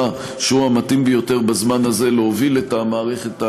שהוא המתאים ביותר בזמן הזה להוביל את המערכת,